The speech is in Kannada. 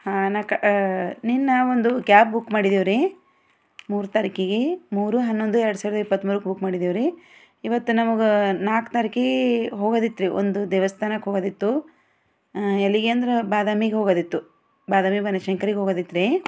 ಹಾಂ ನಕ ನಿನ್ನೆ ಒಂದು ಕ್ಯಾಬ್ ಬುಕ್ ಮಾಡಿದೇವ್ರೀ ಮೂರು ತಾರಿಖಿಗೆ ಮೂರು ಹನ್ನೊಂದು ಎರಡ್ಸಾವಿರದ ಇಪ್ಪತ್ತ್ಮೂರಕ್ಕೆ ಬುಕ್ ನಮಗೆ ನಾಲ್ಕು ತಾರಿಖಿಗೆ ಹೋಗೋದಿತ್ತ್ರಿ ಒಂದು ದೇವಸ್ಥಾನಕ್ಕ ಹೋಗೋದಿತ್ತು ಎಲ್ಲಿಗೇಂದ್ರೆ ಬಾದಾಮಿಗೆ ಹೋಗೋದಿತ್ತು ಬಾದಾಮಿ ಬನಶಂಕರಿಗೆ ಹೋಗೋದಿತ್ತ್ರಿ